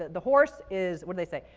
the horse is, what do they say?